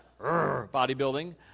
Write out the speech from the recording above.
bodybuilding